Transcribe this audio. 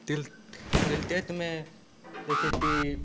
तिल तिलतेट में देखें कि